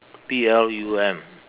P L U M